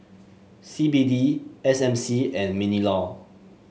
C B D S M C and Minlaw